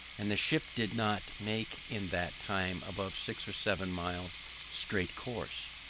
and the ship did not make in that time above six or seven miles straight course.